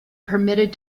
permitted